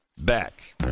back